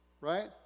right